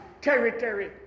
territory